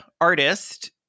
artist